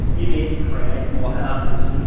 you need to create more houses.